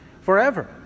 forever